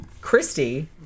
Christy